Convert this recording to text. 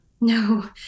No